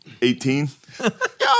18